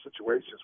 situations